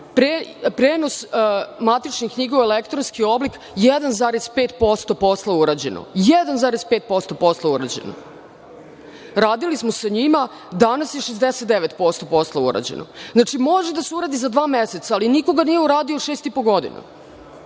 prenos matičnih knjiga u elektronski oblik 1,5% posla urađeno, 1,5% posla urađeno. Radili smo sa njima i danas je 69% posla urađeno. Znači, može da se uradi za dva meseca, ali niko ga nije uradio šest i po godina.